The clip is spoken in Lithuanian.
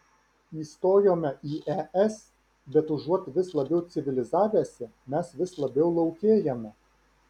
įstojome į es bet užuot vis labiau civilizavęsi mes vis labiau laukėjame